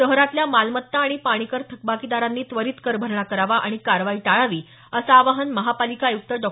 शहरातल्या मालमत्ता आणि पाणी कर थकबाकीदारांनी त्वरीत कर भरणा करावा आणि कारवाई टाळावी असं आवाहन महापालिका आयुक्त डॉ